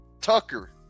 Tucker